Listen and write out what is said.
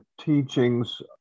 teachings